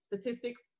statistics